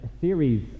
series